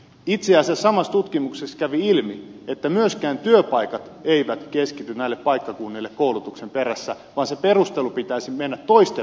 itse asiassa samassa tutkimuksessa kävi ilmi että myöskään työpaikat eivät keskity näille paikkakunnille koulutuksen perässä vaan sen perustelun pitäisi mennä toisin päin